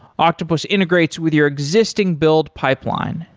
octopus integrates with your existing build pipeline,